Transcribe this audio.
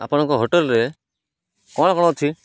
ଆପଣଙ୍କ ହୋଟେଲରେ କ'ଣ କ'ଣ ଅଛି